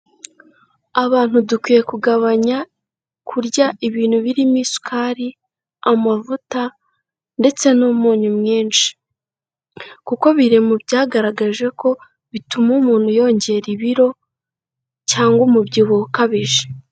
Abantu dukwiye kugabanya kurya ibintu birimo isukari, amavuta ndetse n'umunyu mwinshi, kuko biri mu byagaragaje ko bituma umuntu yongera ibiro cyangwa umubyibuho ukabije.